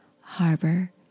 harbor